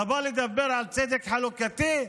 אתה בא לדבר על צדק חלוקתי?